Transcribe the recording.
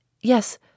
Yes